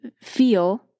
feel